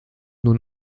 nur